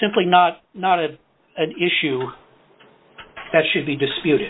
simply not not an issue that should be dispute